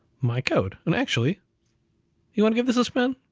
my code, and actually you want to give this a spin?